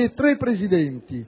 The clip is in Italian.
e tre presidenti.